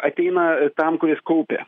ateina tam kuris kaupia